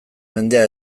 mendea